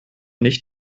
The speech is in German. nicht